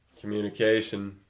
communication